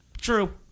True